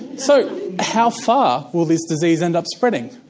so how far will this disease end up spreading?